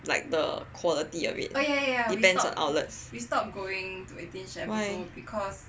like the quality of it depends on outlets why